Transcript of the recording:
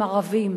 אל תדאגו",